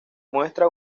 muestra